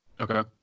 Okay